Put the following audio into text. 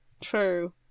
True